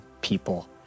people